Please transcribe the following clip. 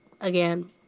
again